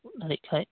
ᱦᱩᱭ ᱫᱟᱲᱮᱭᱟᱜ ᱠᱷᱟᱡ